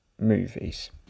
movies